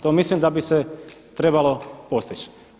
To mislim da bi se trebalo postići.